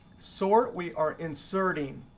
sort, we are inserting.